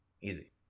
Easy